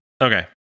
Okay